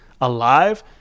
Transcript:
alive